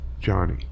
Johnny